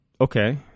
okay